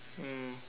mm